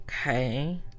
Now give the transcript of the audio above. okay